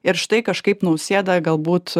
ir štai kažkaip nausėda galbūt